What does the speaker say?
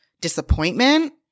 disappointment